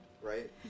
right